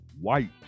white